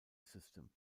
system